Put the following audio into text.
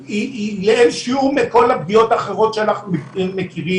לאין שיעור מכל הפגיעות האחרות שאנחנו מכירים.